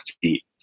feet